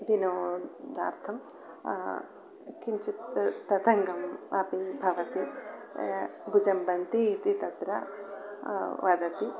विनोदार्थं किञ्चित् ततङ्गम् अपि भवति बुजंबन्ति इति तत्र वदति